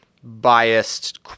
biased